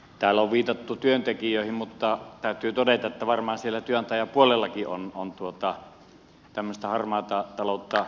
täällä on viitattu työntekijöihin mutta täytyy todeta että varmaan siellä työnantajapuolellakin on tämmöistä harmaata taloutta